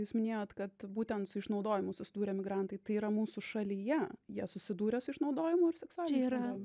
jūs minėjot kad būtent su išnaudojimu susidūrė emigrantai tai yra mūsų šalyje jie susidūrė su išnaudojimu ir seksualiniu išnaudojimu